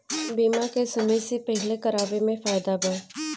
बीमा के समय से पहिले करावे मे फायदा बा